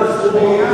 הכנסת בן-ארי.